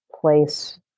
place